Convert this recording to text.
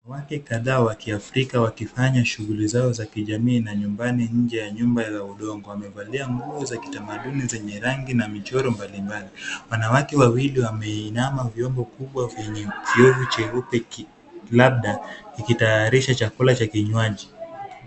Wanawake kadhaa wa kiafrika wakifanya shughuli zao za kijamii na nyumbani nje ya nyumba ya udongo. Wamevalia nguo za kitamaduni zenye rangi na michoro mbali mbali. Wanawake wawili wameinama vyombo kubwa vyenye chevu cheupe labda ikitayarisha chakula cha kinywaji.